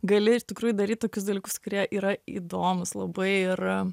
gali iš tikrųjų daryt tokius dalykus kurie yra įdomūs labai ir